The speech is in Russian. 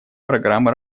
программы